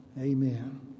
Amen